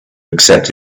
accept